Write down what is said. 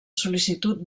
sol·licitud